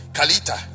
Kalita